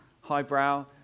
highbrow